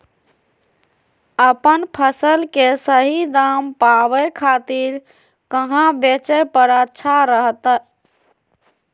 अपन फसल के सही दाम पावे खातिर कहां बेचे पर अच्छा रहतय?